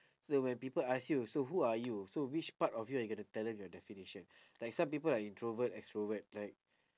so when people ask you so who are you so which part of you are you gonna tell them your definition like some people are introvert extrovert like